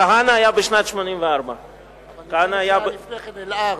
כהנא היה בשנת 1984. אבל היה לפני כן "אל-ארד".